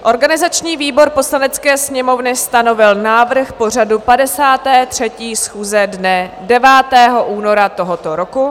Organizační výbor Poslanecké sněmovny stanovil návrh pořadu 53. schůze dne 9. února tohoto roku.